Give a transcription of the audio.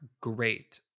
great